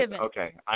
Okay